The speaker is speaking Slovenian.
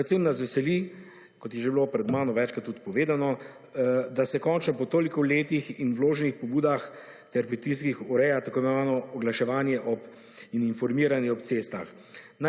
Predvsem nas veseli, kot je že bilo pred mano večkrat tudi povedano, da se končno po toliko letih in vloženih pobudah ter pritiskih ureja tako imenovano oglaševanje in informiranje ob cestah.